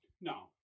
No